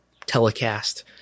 telecast